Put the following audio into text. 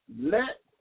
Let